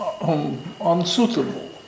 unsuitable